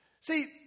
See